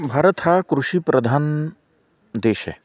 भारत हा कृषीप्रधान देश आहे